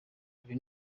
ibi